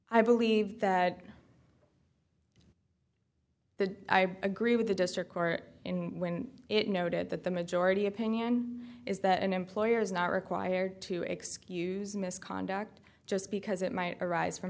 i believe that the i agree with the district court in when it noted that the majority opinion is that an employer is not required to excuse misconduct just because it might arise from a